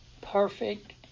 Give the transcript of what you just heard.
perfect